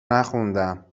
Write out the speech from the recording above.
نخوندم